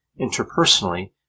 interpersonally